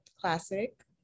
classic